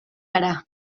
gara